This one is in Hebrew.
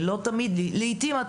לעתים,